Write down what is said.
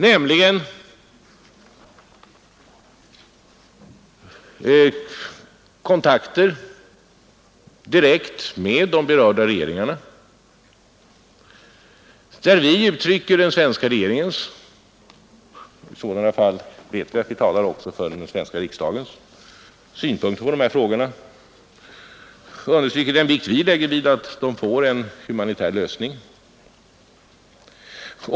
Det gäller kontakter direkt med de berörda regeringarna, där vi uttrycker den svenska regeringens synpunkter på dessa frågor — och i sådana fall vet vi att vi talar också för den svenska riksdagen. Vi understryker då den vikt vi lägger vid att frågorna får en humanitär lösning.